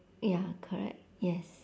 ya correct yes